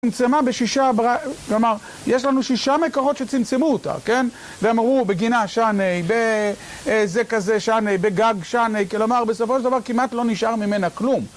צמצמה בשישה, כלומר, יש לנו שישה מקורות שצמצמו אותה, כן? והם אמרו, בגינה שאני, בזה כזה שאני, בגג שאני, כלומר, בסופו של דבר כמעט לא נשאר ממנה כלום.